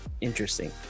Interesting